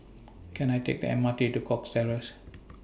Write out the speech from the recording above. Can I Take The M R T to Cox Terrace